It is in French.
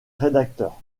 rédacteur